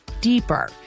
deeper